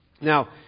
Now